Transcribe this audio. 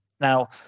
Now